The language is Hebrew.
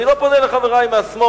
אני לא פונה לחברי מהשמאל,